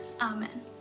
amen